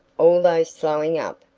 although slowing up,